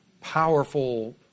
powerful